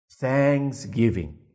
Thanksgiving